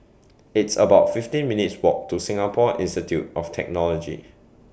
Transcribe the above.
It's about fifteen minutes' Walk to Singapore Institute of Technology